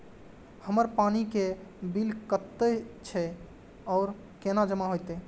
हमर पानी के बिल कतेक छे और केना जमा होते?